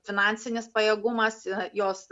finansinis pajėgumas jos